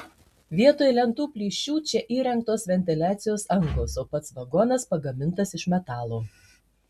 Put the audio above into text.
vietoj lentų plyšių čia įrengtos ventiliacijos angos o pats vagonas pagamintas iš metalo